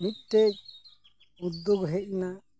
ᱢᱤᱫᱴᱮᱱ ᱩᱫᱫᱳᱜᱽ ᱦᱮᱡ ᱮᱱᱟ